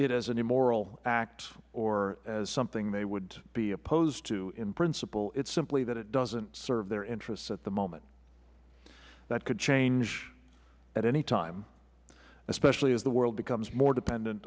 it as an immoral act or something they would be opposed to in principle it is simply that it doesn't serve their interest at the moment that could change at any time especially if the world becomes more dependent